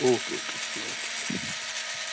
او کے okay سَلام علیکُم